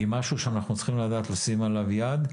היא משהו שאנחנו צריכים לדעת לשים עליו יד.